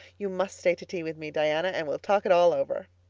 you must stay to tea with me, diana, and we'll talk it all over.